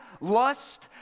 lust